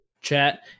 Chat